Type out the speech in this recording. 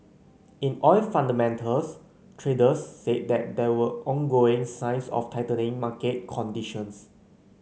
in oil fundamentals traders said that there were ongoing signs of tightening market conditions